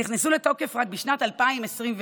נכנסו לתוקף רק בשנת 2022,